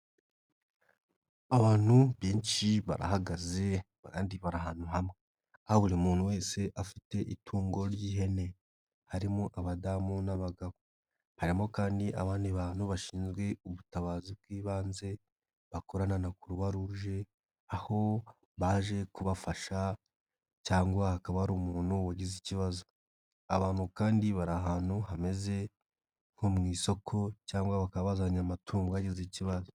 Abantu benshi barahagaze abandi bari ahantu hamwe aho buri muntu wese afite itungo ry'ihene, harimo abadamu n'abagabo, harimo kandi abandi bantu bashinzwe ubutabazi bw'ibanze bakorana na Croix Rouge aho baje kubafasha cyangwa hakaba hari umuntu wagize ikibazo, aba bantu kandi bari ahantu hameze nko mu isoko cyangwa bakaba bazanye amatungo yagize ikibazo.